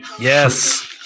Yes